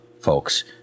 folks